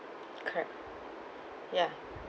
correct ya